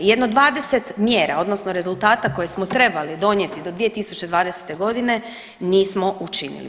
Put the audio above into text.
Jedno 20 mjera, odnosno rezultata koje smo trebali donijeti do 2020. godine nismo učinili.